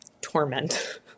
torment